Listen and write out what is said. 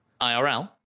IRL